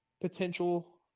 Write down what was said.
potential